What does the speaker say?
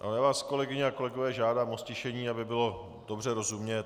Já vás, kolegyně a kolegové, žádám o ztišení, aby bylo dobře rozumět.